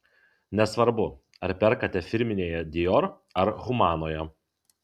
nesvarbu ar perkate firminėje dior ar humanoje